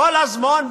בכל זמן,